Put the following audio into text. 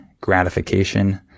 gratification